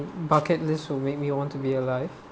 bucket list would make me want to be alive